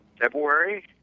February